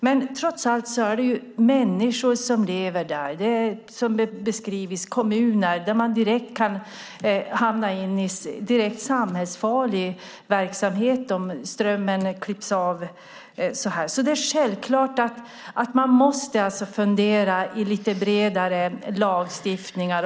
Men trots allt är det människor som lever där. Som det har beskrivits kan de i kommunerna där hamna i direkt samhällsfarlig verksamhet om strömmen klipps av. Det är självklart att man måste fundera på lite bredare lagstiftningar.